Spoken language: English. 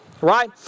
right